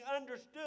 understood